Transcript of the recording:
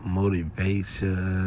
motivation